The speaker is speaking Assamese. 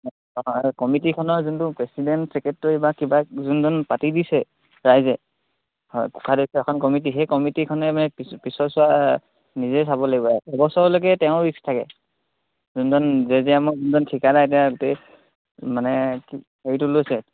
এই কমিটিখনৰ যোনটো প্ৰেচিডেণ্ট ছেক্ৰেটেৰী বা কিবা যোনজন পাতি দিছে ৰাইজে হয় এখন কমিটি সেই কমিটিখনে মানে পিছৰচোৱা নিজে চাব লাগিব এবছৰলৈকে তেওঁৰ ৰিক্স থাকে যোনজন জে জে এমৰ যোনজন ঠিকাদাৰ এতিয়া গোটেই মানে কি হেৰিটো লৈছে